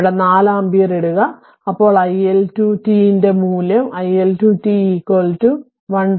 ഇവിടെ 4 ആമ്പിയർ ഇടുക അപ്പോൾ iL2t ന്റെ മൂല്യം iL2t 1